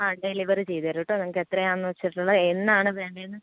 ആ ഡെലിവറി ചെയ്ത് തരും കേട്ടോ നിങ്ങൾക്ക് എത്രയാണ് വെച്ചിട്ടുള്ളത് എന്നാണ് വേണ്ടതെന്ന്